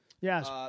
Yes